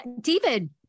David